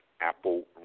apple